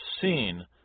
seen